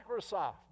Microsoft